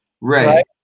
right